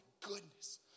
goodness